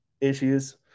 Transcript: issues